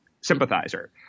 sympathizer